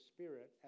Spirit